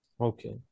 Okay